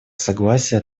согласие